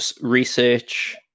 research